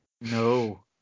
No